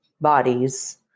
bodies